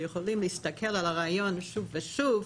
הם יכולים להסתכל על הראיון שוב ושוב,